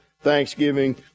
Thanksgiving